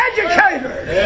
Educators